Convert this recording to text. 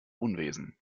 unwesen